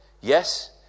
yes